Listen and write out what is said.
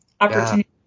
opportunity